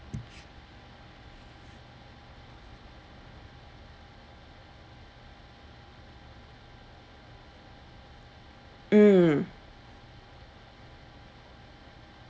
mm